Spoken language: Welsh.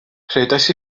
rhedais